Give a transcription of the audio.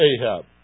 Ahab